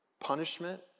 Punishment